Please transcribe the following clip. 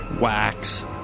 Wax